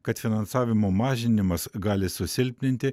kad finansavimo mažinimas gali susilpninti